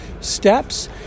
steps